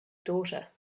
daughter